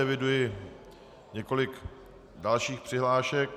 Eviduji několik dalších přihlášek.